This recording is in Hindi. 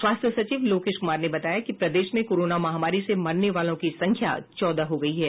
स्वास्थ्य सचिव लोकेश कुमार ने बताया कि प्रदेश में कोरोना महामारी से मरने वालों की संख्या चौदह हो गयी है